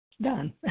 done